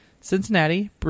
Cincinnati